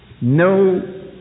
No